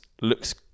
looks